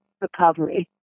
Recovery